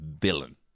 villain